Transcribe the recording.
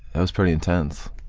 that was pretty intense.